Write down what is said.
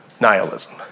nihilism